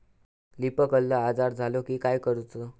Leaf curl आजार झालो की काय करूच?